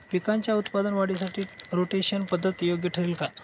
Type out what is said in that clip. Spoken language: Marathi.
पिकाच्या उत्पादन वाढीसाठी रोटेशन पद्धत योग्य ठरेल का?